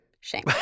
Shame